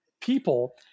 people